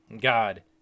God